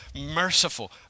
merciful